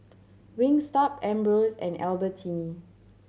Wingstop Ambros and Albertini